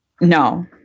No